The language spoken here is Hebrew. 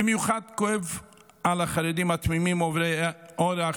במיוחד כואב על החרדים התמימים עוברי האורח